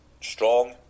strong